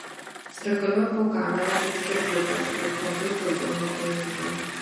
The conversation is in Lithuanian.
strakalioju po kamerą kaip žvirbliukas bet kentėt daugiau nepajėgiau